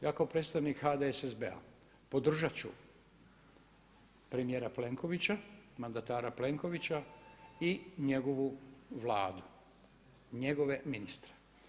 Ja kao predstavnik HDSSB-a podržat ću premijera Plenkovića, mandatara Plenkovića i njegovu Vladu i njegove ministre.